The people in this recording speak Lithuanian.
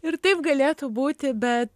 ir taip galėtų būti bet